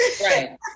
right